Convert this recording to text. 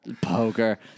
Poker